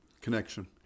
connection